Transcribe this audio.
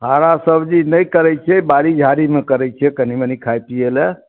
हरा सब्जी नहि करै छियै बाड़ी झाड़ी मे करै छियै कनी मनी खाय पियै लए